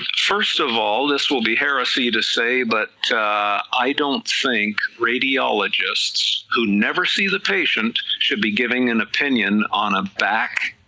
first of all this will be heresy to say, but i don't think radiologists who never see the patient should be giving an opinion on a back